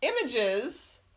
images